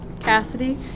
Cassidy